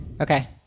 Okay